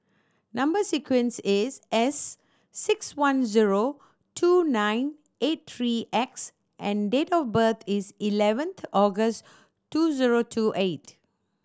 number sequence is S six one zero two nine eight three X and date of birth is eleventh August two zero two eight